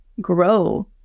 grow